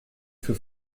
für